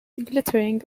glittering